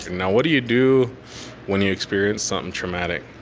now what do you do when you experience something traumatic?